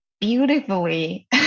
beautifully